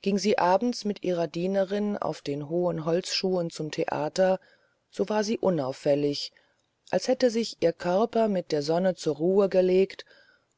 ging sie abends mit ihrer dienerin auf den hohen holzschuhen zum theater so war sie unauffällig als hätte sich ihr körper mit der sonne zur ruhe gelegt